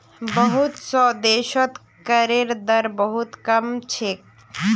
बहुत स देशत करेर दर बहु त कम छेक